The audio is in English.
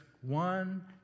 one